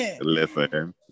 Listen